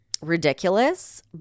ridiculous